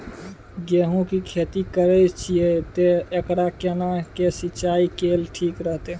गेहूं की खेती करे छिये ते एकरा केना के सिंचाई कैल ठीक रहते?